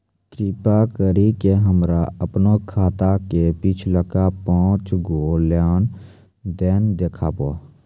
कृपा करि के हमरा हमरो खाता के पिछलका पांच गो लेन देन देखाबो